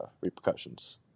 repercussions